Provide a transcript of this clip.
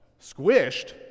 Squished